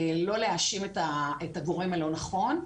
לא להאשים את הגורם הלא נכון.